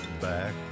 back